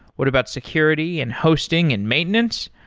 what about security and hosting and maintenance?